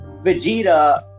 Vegeta